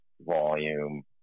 volume